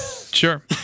Sure